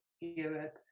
Europe